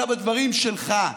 אלא בדברים שלך,